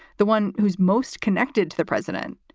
the one whose most connected to the president,